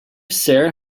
sara